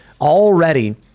Already